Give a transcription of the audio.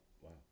Wow